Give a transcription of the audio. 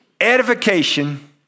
edification